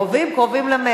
קרובים,